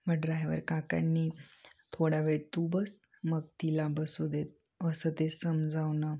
व ड्रायवर काकांनी थोडा वेळ तू बस मग तिला बसू देत असं ते समजावनं